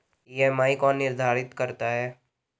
EMI कौन निर्धारित करता है?